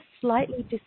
slightly